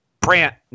Brant